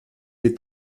est